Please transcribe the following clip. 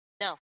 No